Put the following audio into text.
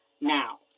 Now